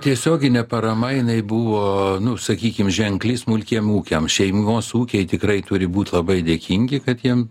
tiesioginė parama jinai buvo nu sakykim ženkli smulkiem ūkiam šeimos ūkiai tikrai turi būt labai dėkingi kad jiem